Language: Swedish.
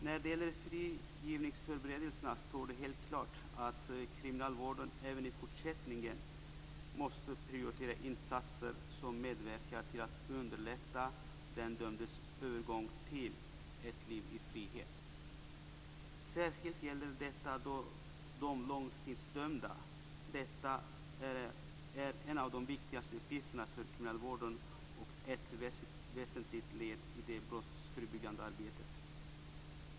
När det gäller frigivningsförberedelserna står det helt klart att kriminalvården även i fortsättningen måste prioritera insatser som medverkar till att underlätta den dömdes övergång till ett liv i frihet. Särskilt gäller detta de långtidsdömda. Detta är en av de viktigaste uppgifterna för kriminalvården och ett väsentligt led i det brottsförebyggande arbetet.